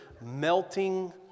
melting